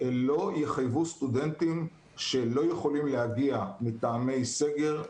לא יחייבו סטודנטים שלא יכולים להגיע מטעמי סגר,